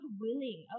willing